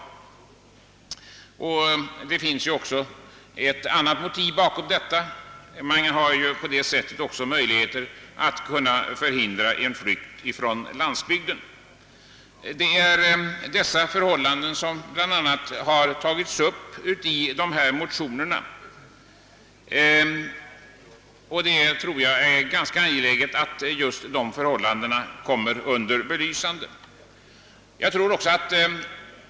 Det finns också ett annat motiv: man har på detta sätt möjlighet att förhindra en flykt från landsbygden. Dessa förhållanden har bl.a. tagits upp i de föreliggande motionerna, och jag tror att det är ganska angeläget att de blir belysta.